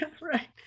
Right